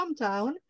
hometown